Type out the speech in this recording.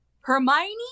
hermione